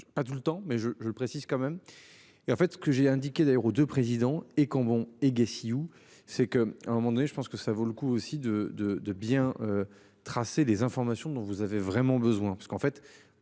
pas tout le temps mais je, je le précise quand même. Et en fait ce que j'ai indiqué d'ailleurs ou de président et bon et où c'est que à un moment donné, je pense que ça vaut le coup aussi de de de bien. Tracer les informations dont vous avez vraiment besoin